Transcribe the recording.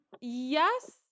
Yes